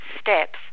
steps